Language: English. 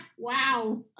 Wow